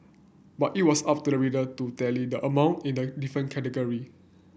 but it was up to the reader to tally the amount in the different category